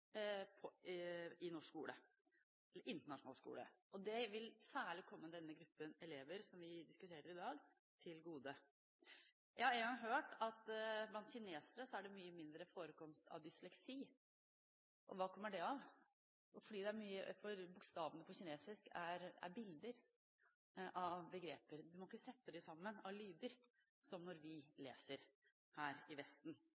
gode. Jeg har en gang hørt at blant kinesere er det mye mindre forekomst av dysleksi. Og hva kommer det av? Jo, bokstavene på kinesisk er bilder av begreper, man må ikke sette dem sammen av lyder som når vi leser her i Vesten.